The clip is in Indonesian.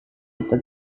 kita